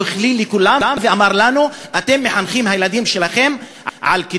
הוא הכליל את כולם ואמר לנו: אתם מחנכים את הילדים שלכם למות,